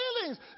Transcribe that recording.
feelings